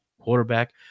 quarterback